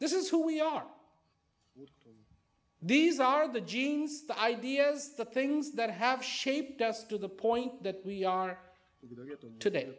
this is who we are these are the genes the ideas the things that have shaped us to the point that we are today